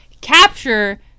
capture